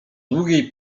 długiej